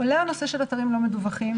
עולה הנושא של אתרים לא מדווחים